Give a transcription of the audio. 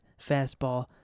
fastball